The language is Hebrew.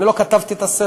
אני לא כתבתי את הספר.